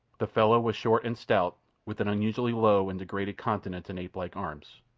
the fellow was short and stout, with an unusually low and degraded countenance and apelike arms.